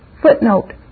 Footnote